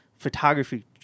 photography